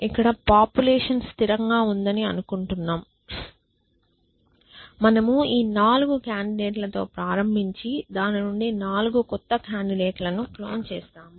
ఇక్కడ పాపులేషన్ స్థిరంగా ఉందని అనుకుంటున్నాం మనము ఈ 4 కాండిడేట్ లతో ప్రారంభించి దాని నుండి 4 కొత్త కాండిడేట్ లను క్లోన్ చేస్తాము